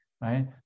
right